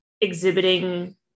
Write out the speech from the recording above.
exhibiting